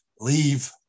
leave